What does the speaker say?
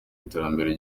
iterambere